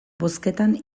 bozketan